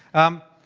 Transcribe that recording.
um